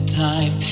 time